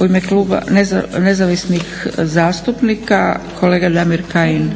U ime kluba Nezavisnih zastupnika, kolega Damir Kajin.